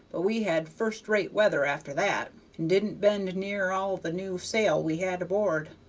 but we had first-rate weather after that, and didn't bend near all the new sail we had aboard,